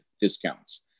discounts